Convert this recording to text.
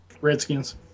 Redskins